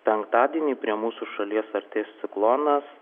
penktadienį prie mūsų šalies artės ciklonas